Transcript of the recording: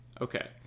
Okay